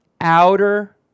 Outer